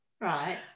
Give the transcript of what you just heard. Right